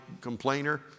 complainer